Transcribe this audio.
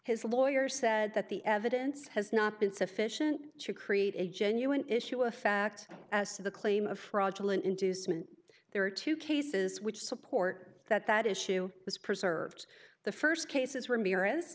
his lawyer said that the evidence has not been sufficient to create a genuine issue of fact as to the claim of fraudulent inducement there are two cases which support that that issue was preserved the first cases ramirez